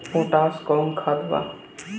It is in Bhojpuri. पोटाश कोउन खाद बा?